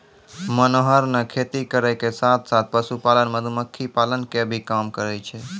मनोहर नॅ खेती करै के साथॅ साथॅ, पशुपालन, मधुमक्खी पालन के भी काम करै छै